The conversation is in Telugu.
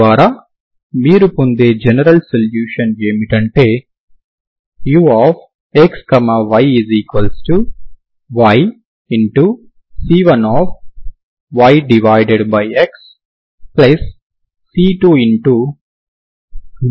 తద్వారా మీరు పొందే జనరల్ సొల్యూషన్ ఏమిటంటే uxyyC1yxC2yx